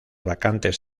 vacantes